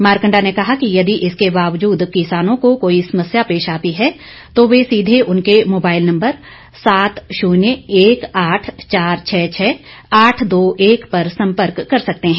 मारकंडा ने कहा कि यदि इसके बावजूद किसानों को कोई समस्या पेश आती है तो वे सीधे उनके मोबाईल नंबर सात शून्य एक आठ चार छः छः आठ दो एक पर संपर्क कर सकते हैं